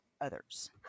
others